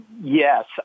Yes